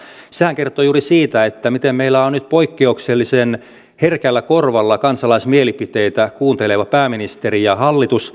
sehän kertoo juuri siitä miten meillä on nyt poikkeuksellisen herkällä korvalla kansalaismielipiteitä kuunteleva pääministeri ja hallitus